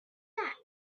act